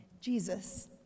Jesus